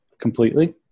completely